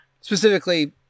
Specifically